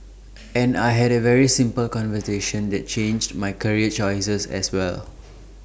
and I had A very simple conversation that changed my career choices as well